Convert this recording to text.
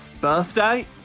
Birthday